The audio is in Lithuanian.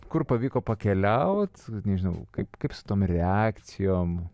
kur pavyko pakeliaut nežinau kaip kaip su tom reakcijom